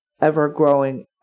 ever-growing